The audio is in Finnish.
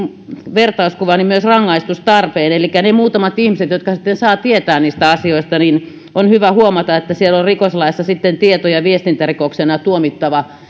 vertauskuva myös rangaistustarpeeseen elikkä niiden muutaman ihmisen jotka sitten saavat tietää niistä asioista on hyvä huomata että rikoslaissa on tieto ja viestintärikoksena tuomittava